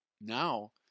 Now